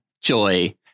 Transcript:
Joy